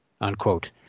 unquote